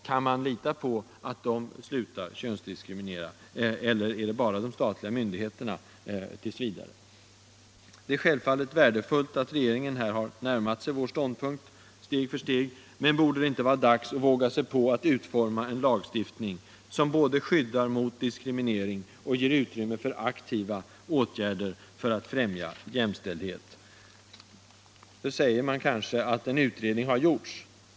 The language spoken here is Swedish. Kan man lita på att de slutar könsdiskriminera, eller är det bara de statliga myndigheterna som skall göra det t. v.? | Självfallet är det värdefullt att regeringen här har närmat sig vår ståndpunkt steg för steg, men borde det inte vara dags nu att våga sig på att utforma en lagstiftning som både skyddar mot diskriminering och ger utrymme för aktiva åtgärder för att främja jämställdheten? Nu säger man kanske att en utredning redan har gjorts.